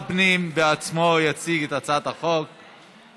האגף הזה, שבמקום לגנות רצח יהודים חפים מפשע